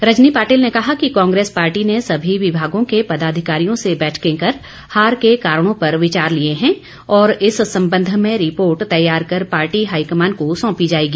रजनी पाटिल ने कहा कि कांग्रेस पार्टी की सभी विभागों के पदाधिकारियों से बैठकें कर हार के कारणों पर विचार लिए हैं और इस संबंध में रिपोर्ट तैयार कर पार्टी हाईकमान को सौंपी जाएगी